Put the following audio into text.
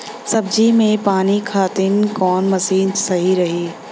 सब्जी में पानी खातिन कवन मशीन सही रही?